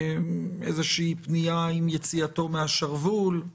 איזושהי פנייה עם יציאתו מהשרוול.